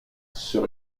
sur